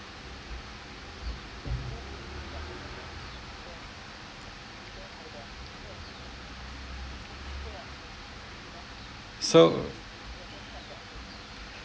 so